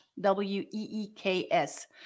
w-e-e-k-s